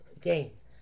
gains